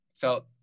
felt